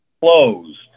Closed